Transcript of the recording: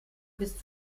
bis